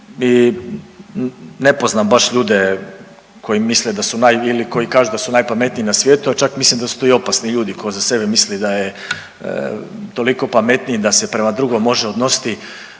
da su naj ili koji kažu da su najpametniji na svijetu, a čak mislim da su to i opasni ljudi koji za sebe misle da je toliko pametniji da se prema drugom može odnositi